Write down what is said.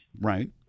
Right